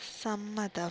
സമ്മതം